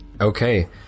Okay